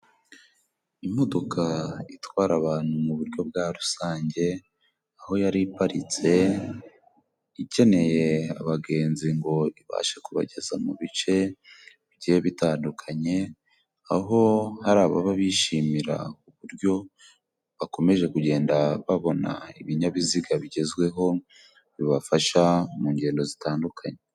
Imodoka itwara abantu mu buryo bwa rusange, aho yari iparitse ikeneye abagenzi ngo ibashe kubageza mu bice bigiye bitandukanye, aho hari ababa bishimira uburyo bakomeje kugenda babona ibinyabiziga bigezweho, bibafasha mu ngendo zitandukanye.